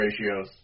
ratios